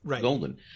golden